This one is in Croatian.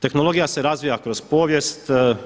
Tehnologija se razvija kroz povijest.